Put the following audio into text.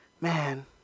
man